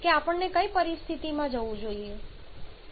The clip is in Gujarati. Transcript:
કે આપણે કઈ પરિસ્થિતિમાં જવું જોઈએ